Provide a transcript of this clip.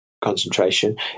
concentration